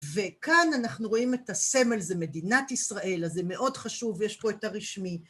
וכאן אנחנו רואים את הסמל, זה מדינת ישראל, אז זה מאוד חשוב, יש פה את הרשמי.